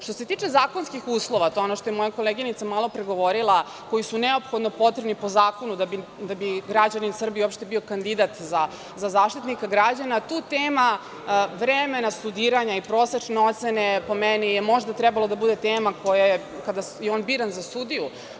Što se tiče zakonskih uslova, to je ono što je moja koleginica malo pre govorila, koji su neophodno potrebni po zakonu da bi građanin Srbije uopšte bio kandidat za Zaštitnika građana, tu tema vremena studiranja i prosečne ocene, po meni, je možda trebala da bude tema koja je trebala da bude onda kada je on bio biran za sudiju.